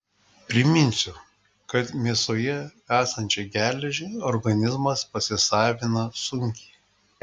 priminsiu kad mėsoje esančią geležį organizmas pasisavina sunkiai